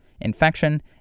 infection